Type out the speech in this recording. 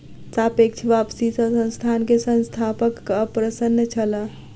सापेक्ष वापसी सॅ संस्थान के संस्थापक अप्रसन्न छलाह